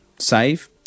save